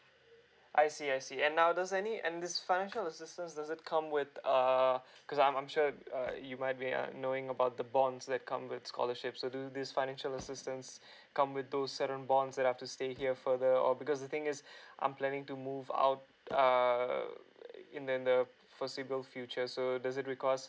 I see I see and now does any and this financial assistance doesn't come with err eye cause I'm I'm sure uh you might be yeah knowing about the bonds that come with scholarship so do this financial assistance come with those certain bonds up that I have to stay here further or because the thing is I'm planning to move out err in the the possible future so does it requires